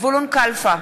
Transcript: זבולון כלפה,